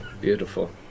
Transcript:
Beautiful